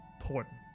important